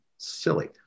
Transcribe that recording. silly